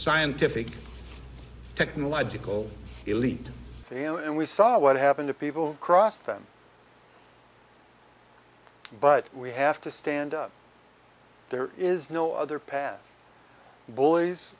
scientific technological elite so and we saw what happened to people across them but we have to stand up there is no other path